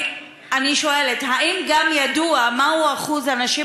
אני שואלת: האם גם ידוע מהו אחוז הנשים